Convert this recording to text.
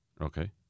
Okay